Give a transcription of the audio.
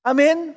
Amen